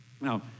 Now